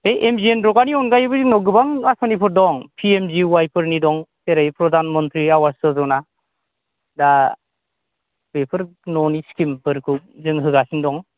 बे M G N रेगानि अनगायैबो जोंनाव गोबां आसनिफोर दं पि एम जि वाइ फोरनि दं जेरै प्रधान मन्थ्रि आवाज यजना दा बेफोर न'नि स्किमफोरखौ जों होगासिनो दं